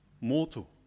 mortal